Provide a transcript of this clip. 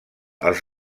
als